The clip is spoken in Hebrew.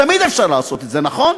תמיד אפשר לעשות את זה, נכון.